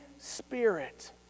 Spirit